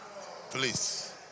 Please